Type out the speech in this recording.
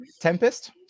Tempest